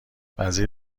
وزیر